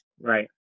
right